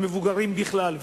המבוגרים בכלל,